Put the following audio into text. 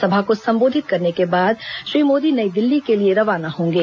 सभा को संबोधित करने के बाद श्री मोदी नई दिल्ली के रवाना होंगे